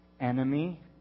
Enemy